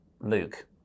Luke